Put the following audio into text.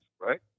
right